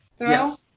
Yes